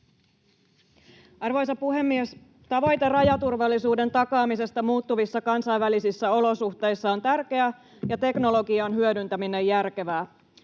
Arvoisa puhemies! Tavoite rajaturvallisuuden takaamisesta muuttuvissa kansainvälisissä olosuhteissa on tärkeä ja teknologian hyödyntäminen järkevää.